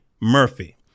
Murphy